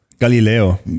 Galileo